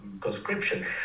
conscription